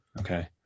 Okay